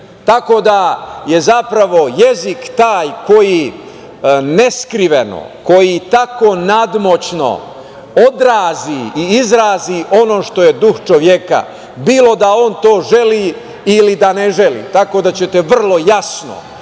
Tako da je jezik taj koji neskriveno, koji tako nadmoćno odrazi i izrazi ono što je duh čoveka, bilo da on to želi ili da ne želi. Tako da ćete vrlo jasno